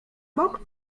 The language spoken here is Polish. bok